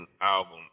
album